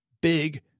big